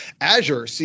Azure